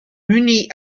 munis